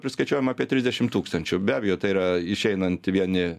priskaičiuojama apie trisdešim tūkstančių be abejo tai yra išeinant vieni